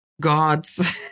gods